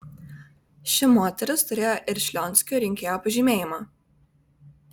ši moteris turėjo ir šlionskio rinkėjo pažymėjimą